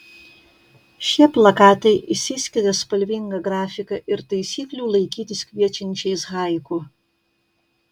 šie plakatai išsiskiria spalvinga grafika ir taisyklių laikytis kviečiančiais haiku